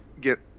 get